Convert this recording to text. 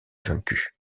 vaincu